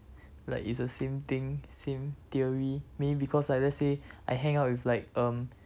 like it's the same thing same theory maybe because like let's say I hang out with like um